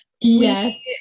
Yes